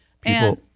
People